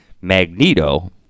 Magneto